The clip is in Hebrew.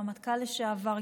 רמטכ"ל לשעבר,